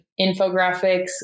infographics